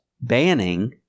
banning